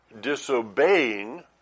disobeying